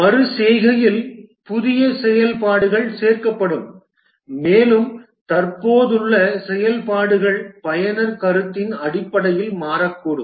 மறு செய்கையில் புதிய செயல்பாடுகள் சேர்க்கப்படும் மேலும் தற்போதுள்ள செயல்பாடுகள் பயனர் கருத்தின் அடிப்படையில் மாறக்கூடும்